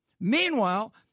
Meanwhile